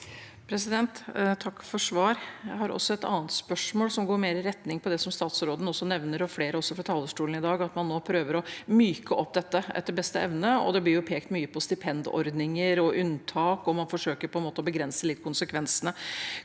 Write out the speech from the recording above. Takk for svar. Jeg har også et annet spørsmål, som går mer i retning av det som både statsråden og flere fra talerstolen i dag nevner, at man nå prøver å myke opp dette etter beste evne. Det blir også pekt mye på stipendordninger og unntak, og man forsøker på en måte å begrense konsekvensene